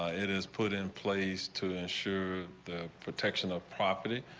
ah it is put in place to ensure the protection of property.